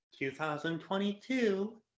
2022